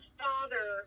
father